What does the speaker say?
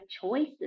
choices